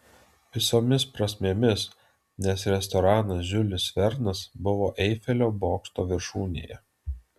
visomis prasmėmis nes restoranas žiulis vernas buvo eifelio bokšto viršūnėje